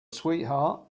sweetheart